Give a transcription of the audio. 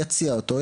יציע אותו,